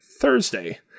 Thursday